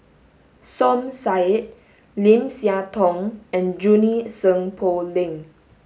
Som Said Lim Siah Tong and Junie Sng Poh Leng